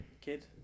Kid